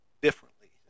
differently